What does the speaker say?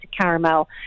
caramel